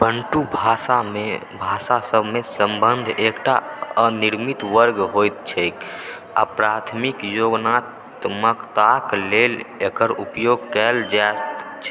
Bantu भाषामे भाषासभमे सम्बन्ध एकटा अनिर्णित वर्ग होयत छैक आ प्राथमिक योग्यतात्मकताक लेल एकर उपयोग कयल जैत छैक